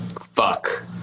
Fuck